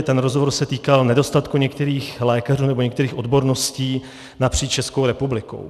Ten rozhovor se týkal nedostatku některých lékařů nebo některých odborností napříč Českou republikou.